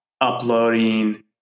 uploading